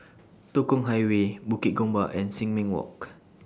Tekong Highway Bukit Gombak and Sin Ming Walk